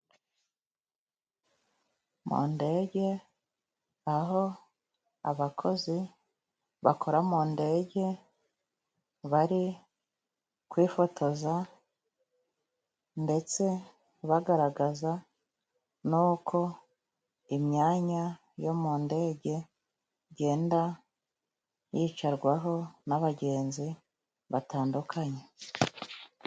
Mu ndege aho abakozi bakora mu ndege bari kwifotoza ndetse bagaragaza nuko imyanya yo mu ndege, igenda yicarwaho n'abagenzi batandukanye.